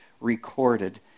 recorded